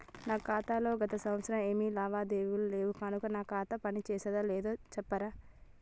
నా ఖాతా లో గత సంవత్సరం ఏమి లావాదేవీలు లేవు కనుక నా ఖాతా పని చేస్తుందో లేదో చెప్తరా?